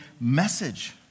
message